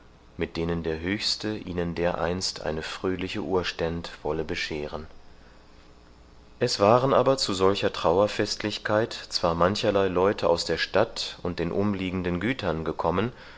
mit denen der höchste ihnen dereinst eine fröhliche urständ wolle bescheren es waren aber zu solcher trauerfestlichkeit zwar mancherlei leute aus der stadt und den umliegenden gütern gekommen